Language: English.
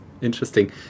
Interesting